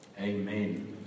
amen